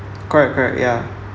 correct correct ya